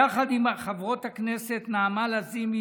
יחד עם חברות הכנסת נעמה לזימי